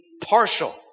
partial